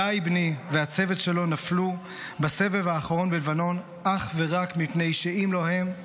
גיא בני והצוות שלו נפלו בסבב האחרון בלבנון אך ורק מפני שאם לא הם,